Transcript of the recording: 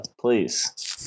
please